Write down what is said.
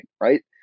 Right